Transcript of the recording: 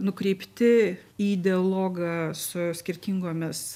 nukreipti į dialogą su skirtingomis